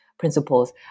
Principles